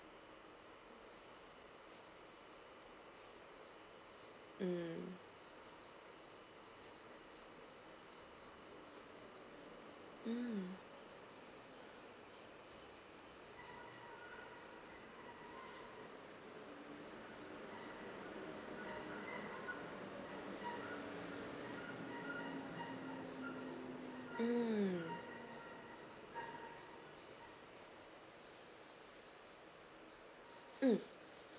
mm mm mm mm